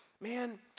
man